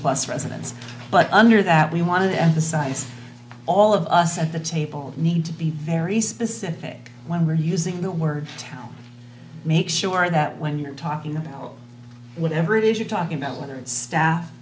plus residents but under that we want to emphasize all of us at the table need to be very specific when we're using the word to make sure that when you're talking about whatever it is you're talking about whether it's staff